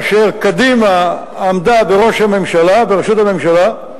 כאשר קדימה עמדה בראשות הממשלה,